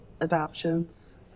adoptions